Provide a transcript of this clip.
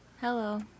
Hello